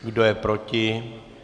Kdo je proti?